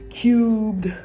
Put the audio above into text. cubed